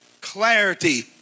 Clarity